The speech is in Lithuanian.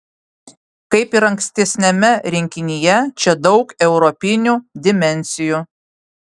kaip ir ankstesniame rinkinyje čia daug europinių dimensijų